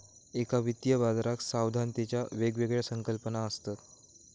एका वित्तीय बाजाराक सावधानतेच्या वेगवेगळ्या संकल्पना असत